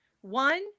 One